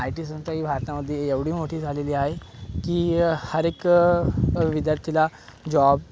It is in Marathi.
आयटी संस्था ही भारतामधली एवढी मोठी झालेली आहे की हर एक विद्यार्थीला जॉब